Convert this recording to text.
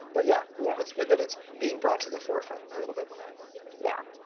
but yeah yeah, it's good that it's being brought to the forefront a little bit more yeah.